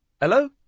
Hello